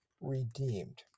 Redeemed